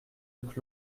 luc